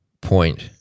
point